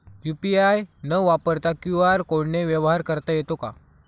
UPI न वापरता QR कोडने व्यवहार करता येतो का?